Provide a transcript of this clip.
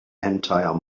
entire